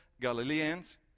Galileans